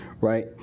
Right